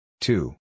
Two